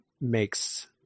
makes